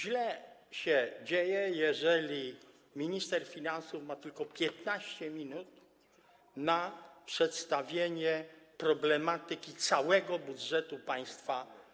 Źle się dzieje, jeżeli minister finansów ma tylko 15 minut na przedstawienie Sejmowi problematyki całego budżetu państwa.